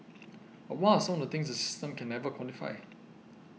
but what are some of the things the system can never quantify